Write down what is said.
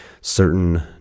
certain